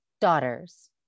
daughters